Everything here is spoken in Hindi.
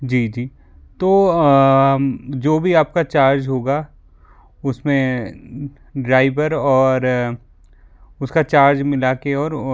जी जी तो जो भी आपका चार्ज होगा उसमें ड्राइवर और उसका चार्ज मिला के और